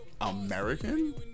American